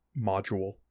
module